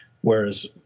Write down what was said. whereas